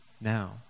now